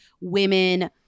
women